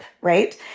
right